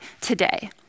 today